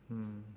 mm